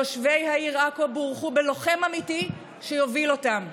תושבי עכו בורכו בלוחם אמיתי שיוביל אותם.